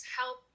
help